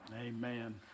Amen